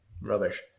Rubbish